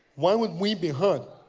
why would we be hurt?